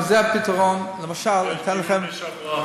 במישור הפלילי, לא תספיק.